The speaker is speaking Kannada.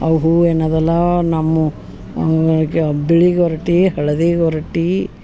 ಅವು ಹೂ ಏನದಲ್ಲ ನಮ್ಮ ಬಿಳಿ ಗೊರಟೆ ಹಳದಿ ಗೊರಟೆ